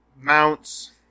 mounts